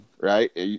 right